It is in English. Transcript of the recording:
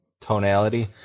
tonality